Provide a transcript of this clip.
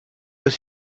but